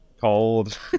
cold